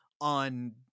on